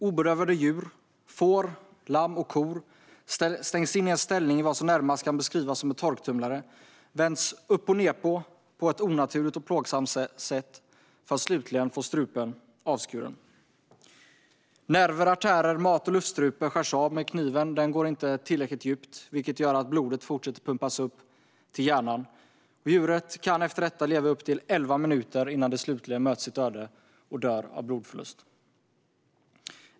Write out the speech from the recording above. Obedövade djur - får, lamm och kor - stängs in i en ställning som närmast kan beskrivas som en torktumlare, vänds upp och ned på ett onaturligt och plågsamt sätt för att slutligen få struparna avskurna. Nerver, artärer, mat och luftstrupe skärs av med kniven, men den går inte tillräckligt djupt, vilket gör att blodet fortsätter att pumpas upp till hjärnan. Djuret kan efter detta leva upp till elva minuter innan det slutligen möter sitt öde och dör av blodförlust.